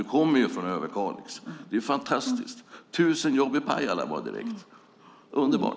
Du kommer ju från Överkalix. Det är fantastiskt. Det är fråga om tusen jobb i Pajala. Underbart!